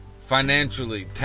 financially